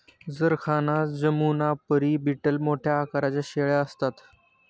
जरखाना जमुनापरी बीटल मोठ्या आकाराच्या शेळ्या असतात